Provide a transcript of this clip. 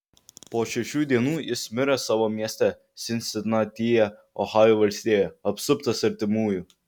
po šešių dienų jis mirė savo mieste sinsinatyje ohajo valstijoje apsuptas artimųjų